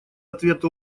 ответа